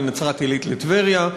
מנצרת-עילית לטבריה,